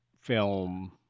film